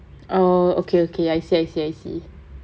oh okay okay I see I see I see